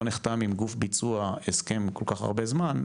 נחתם עם גוף ביצוע הסכם כל כך הרבה זמן,